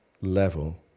level